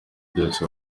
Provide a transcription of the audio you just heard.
byose